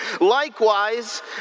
Likewise